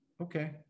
Okay